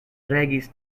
regis